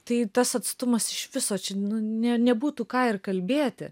tai tas atstumas iš viso čia ne nebūtų ką ir kalbėti